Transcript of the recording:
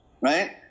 right